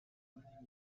anliegen